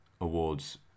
awards